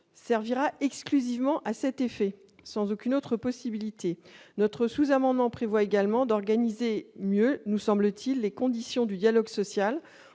serviront exclusivement à cet effet, sans aucune autre possibilité. Ce sous-amendement prévoit également de mieux organiser les conditions du dialogue social